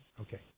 okay